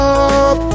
up